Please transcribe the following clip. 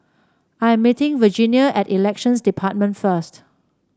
I am meeting Virginia at Elections Department first